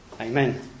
Amen